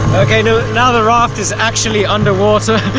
okay you know now the raft is actually under water!